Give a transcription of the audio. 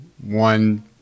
one